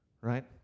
right